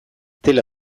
dela